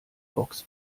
box